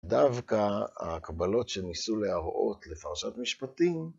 דווקא ההקבלות שניסו להראות לפרשת משפטים